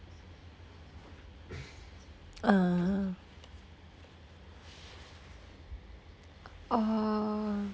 a'ah orh